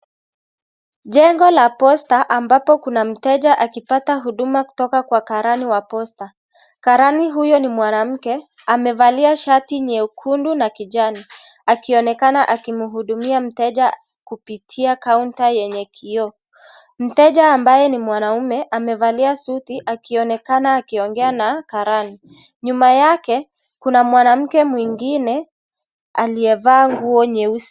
Jengo la posta ambapo kuna mteja akipata huduma kutoka kwa karani wa posta. Karani huyo ni mwanamke. Amevalia shati nyekundu na kijani. Akionekana akimuhudumia mteja kupitia kaunta yenye kioo. Mteja ambaye ni mwanaume. Amevalia suti. Akionekana akiongea na karani. Nyuma yake, kuna mwanamuke mwingine alievaa nguo nyeusi.